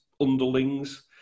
underlings